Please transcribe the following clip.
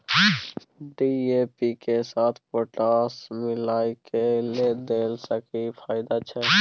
DAP के साथ potash मिललय के देला स की फायदा छैय?